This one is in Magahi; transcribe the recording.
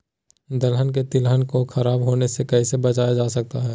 दलहन और तिलहन को खराब होने से कैसे बचाया जा सकता है?